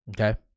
okay